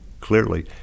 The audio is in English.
clearly